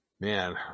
Man